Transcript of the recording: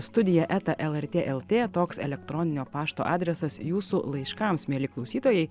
studija eta lrt lt toks elektroninio pašto adresas jūsų laiškams mieli klausytojai